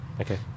Okay